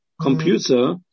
computer